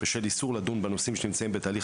בשל איסור לדון בנושאים שנמצאים בתהליך